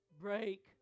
break